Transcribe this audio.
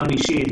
גם אישית,